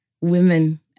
women